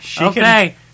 Okay